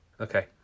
Okay